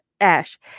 Ash